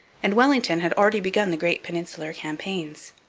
and wellington had already begun the great peninsular campaigns.